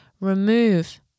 Remove